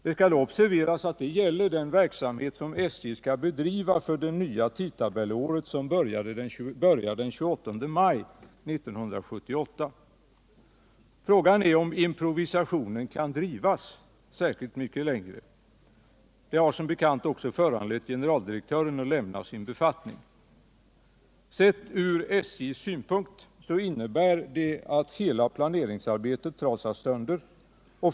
Det skall då observeras att det gäller den verksamhet SJ skall bedriva för det nya tidtabellåret, som börjar den 28 maj 1978. Frågan är om improvisationen kan drivas mycket längre. Det har som bekant också föranlett generaldirektören att lämna sin befattning. Sett från SJ:s synpunkt innebär det att hela planeringsarbetet trasas sönder.